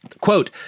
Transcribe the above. Quote